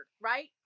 right